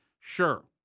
Sure